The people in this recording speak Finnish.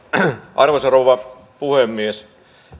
arvoisa rouva puhemies